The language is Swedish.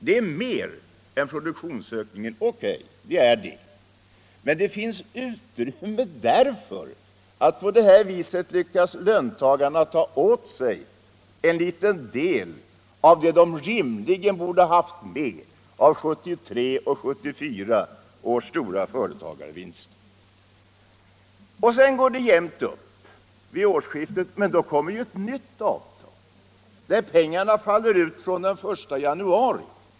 Det är mer än produktionsökningen — O. K., det är det, men det finns utrymme därför att på det här viset lyckas löntagarna ta åt sig en liten del av det de rimligen borde haft med av 1973 och 1974 års stora företagarvinster. Sedan går det jämnt upp vid årsskiftet, men då kommer ju ett nytt avtal där pengarna faller ut från den 1 januari.